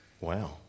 wow